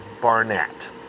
Barnett